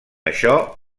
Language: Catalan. això